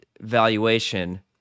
valuation